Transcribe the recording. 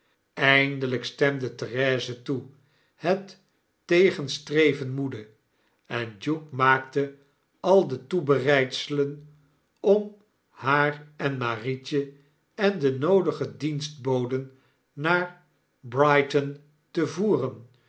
eindelyk stemde therese toe het tegenstreven moede en duke maakte ai de toebereidselen om haar en marietje en de noodige dienstboden naar brighton te voeren